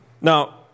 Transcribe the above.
Now